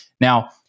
Now